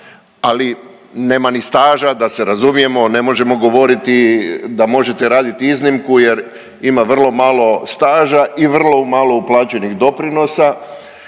ali nema ni staža da se razumijemo, ne možemo govoriti da možete radit iznimku jer ima vrlo malo staža i vrlo malo uplaćenih doprinosa